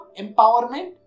Empowerment